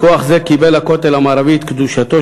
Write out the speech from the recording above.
מכוח זה קיבל הכותל המערבי את קדושתו,